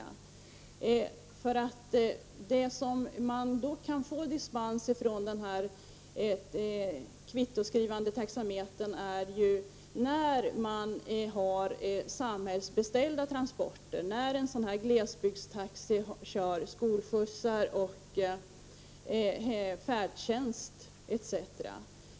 De körningar där man kan få dispens från att använda den kvittoskrivande taxametern är när transporterna är samhällsbeställda, alltså när en glesbygdstaxi kör skolskjutsar, färdtjänst etc.